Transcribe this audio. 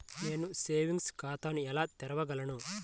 నేను సేవింగ్స్ ఖాతాను ఎలా తెరవగలను?